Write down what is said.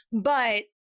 But-